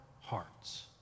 hearts